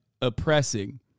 oppressing